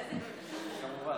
כמובן.